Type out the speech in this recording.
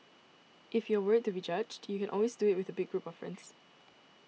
if you are worried to be judged you can always do it with a big group of friends